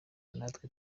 natwe